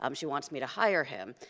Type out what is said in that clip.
um she wants me to hire him,